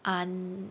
un~